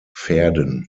pferden